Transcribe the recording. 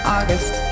August